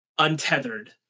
untethered